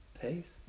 peace